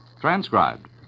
Transcribed